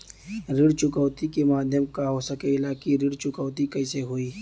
ऋण चुकौती के माध्यम का हो सकेला कि ऋण चुकौती कईसे होई?